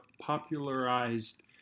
popularized